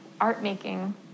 art-making